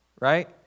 right